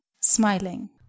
smiling